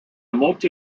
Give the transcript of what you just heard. multi